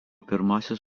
pirmasis